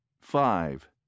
five